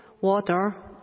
water